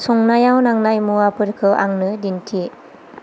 संनायाव नांनाय मुवाफोरखौ आंनो दिन्थि